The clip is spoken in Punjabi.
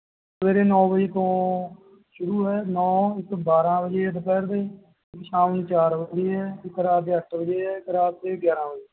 ਸਵੇਰੇ ਨੌ ਵਜੇ ਤੋਂ ਸ਼ੁਰੂ ਹੈ ਨੌ ਇੱਕ ਬਾਰਾਂ ਵਜੇ ਹੈ ਦੁਪਹਿਰ ਦੇ ਇੱਕ ਸ਼ਾਮ ਨੂੰ ਚਾਰ ਵਜੇ ਹੈ ਇੱਕ ਰਾਤ ਦੇ ਅੱਠ ਵਜੇ ਹੈ ਇੱਕ ਰਾਤ ਦੇ ਗਿਆਰਾਂ ਵਜੇ